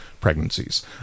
pregnancies